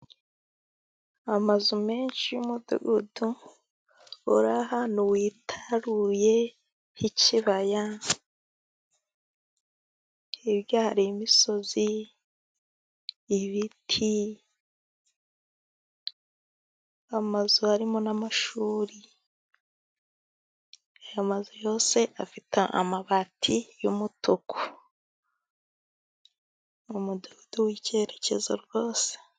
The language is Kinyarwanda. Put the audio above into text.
Amazu menshi 'yumudugudu uri ahantu witaruye h'ikibaya, hirya hari imisozi, ibiti, amazu, harimo n'amashuri. Aya mazu yose afite amabati y'umutuku, ni umudugudu w'icyerekezo rwose.